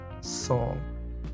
song